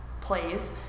plays